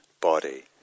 body